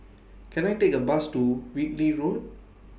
Can I Take A Bus to Whitley Road